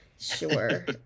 Sure